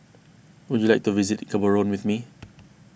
would you like to visit Gaborone with me